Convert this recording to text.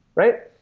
right?